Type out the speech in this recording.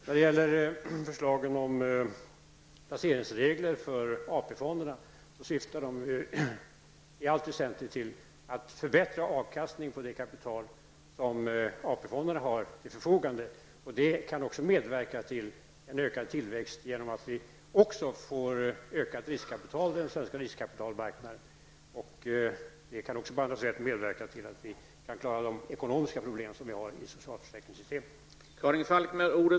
När det gäller förslagen om placeringsregler för AP-fonderna vill jag säga att dessa regler i allt väsentligt syftar till en förbättrad avkastning beträffande det kapital som AP-fonderna har till förfogande. Tillväxten kan också bli bättre genom att vi får ett större riskkapital på den svenska riskkapitalmarknaden. Det här kan även på andra sätt medverka till att vi kan klara de ekonomiska problem som finns inom socialförsäkringssystemet.